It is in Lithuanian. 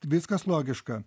viskas logiška